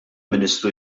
ministru